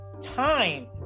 time